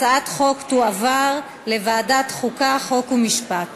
הצעת החוק תועבר לוועדת החוקה, חוק ומשפט